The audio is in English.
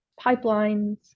pipelines